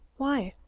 why?